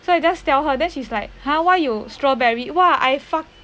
so I just tell her then she's like !huh! why you strawberry !wah! I fuck